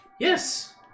Yes